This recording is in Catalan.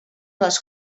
les